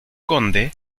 conde